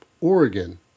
Oregon